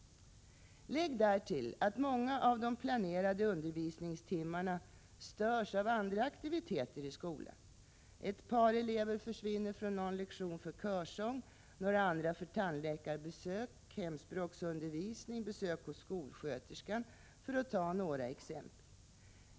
Lägg därtill att många av de planerade undervisningstimmarna störs av andra aktiviteter i skolan. Ett par elever försvinner från någon lektion för körsång, några andra för tandläkarbesök, hemspråksundervisning eller besök hos skolsköterskan, för att ta några exempel.